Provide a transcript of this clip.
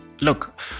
look